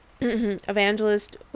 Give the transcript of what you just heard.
evangelist